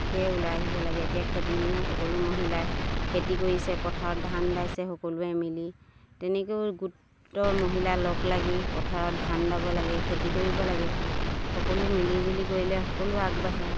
তেনেকে ওলাই আহিব লাগে এতিয়া খেতি দিনত সকলো মহিলাই খেতি কৰিছে পথাৰত ধান দাইছে সকলোৱে মিলি তেনেকেও গোটৰ মহিলা লগ লাগি পথাৰত ধান দাব লাগে খেতি কৰিব লাগে সকলোৱে মিলিজুলি কৰিলে সকলো আগবাঢ়ে